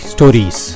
Stories